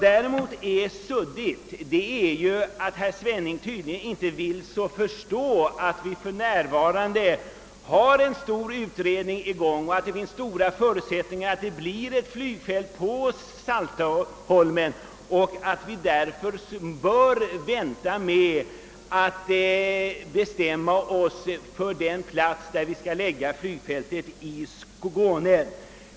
Herr Svenning vill tydligen inte förstå att för närvarande en stor utredning är i gång, att det finns stora förutsättningar att det anläggs ett flygfält på Saltholm och att vi därför bör vänta med att bestämma oss för var vi skall anlägga ett framtida flygfält i Skåne.